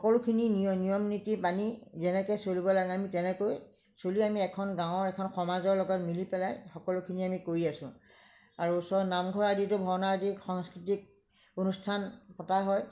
সকলোখিনি নিয়ম নীতি মানি যেনেকৈ চলিব লাগে আমি তেনেকৈ চলি আমি এখন গাঁৱৰ এখন সমাজৰ লগত মিলি পেলাই সকলোখিনি আমি কৰি আছো আৰু ওচৰৰ নামঘৰ আদিটো ভাওনা আদি সাংস্কৃতিক অনুষ্ঠান পতা হয়